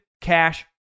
Cash